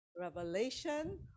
revelation